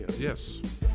Yes